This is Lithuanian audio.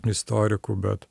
istorikų bet